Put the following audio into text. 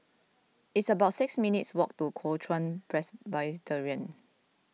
it's about six minutes' walk to Kuo Chuan Presbyterian